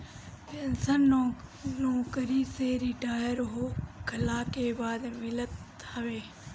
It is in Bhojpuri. पेंशन नोकरी से रिटायर होखला के बाद मिलत हवे